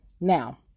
Now